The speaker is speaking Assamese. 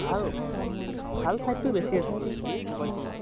ভাল ভাল ছাইদটো বেছি আছে মোবাইল ফোনৰ